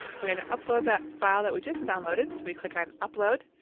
we're going to upload that file that we just downloaded. so we click on upload,